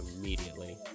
immediately